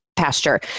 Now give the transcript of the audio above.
Pasture